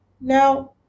Now